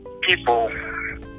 people